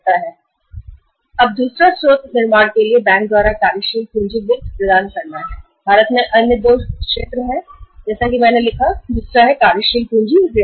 अब भारत में दूसरा स्रोत या बैंकों द्वारा उत्पादन क्षेत्र की कार्यशील पूँजी प्रदान करने का दूसरा मोड कार्यशील पूँजी ऋण है